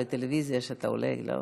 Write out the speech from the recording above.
לטלוויזיה שאתה אולי לא,